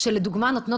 אנחנו יודעים